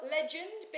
Legend